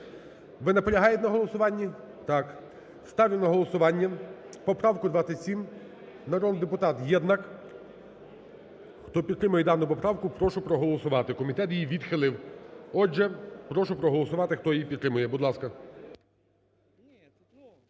Ви наполягаєте на голосуванні? Так. Ставлю на голосування поправку 27, народний депутат Єднак. Хто підтримує дану поправку, прошу проголосувати, комітет її відхилив. Отже, прошу проголосувати, хто її підтримує, будь ласка.